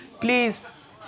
Please